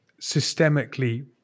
systemically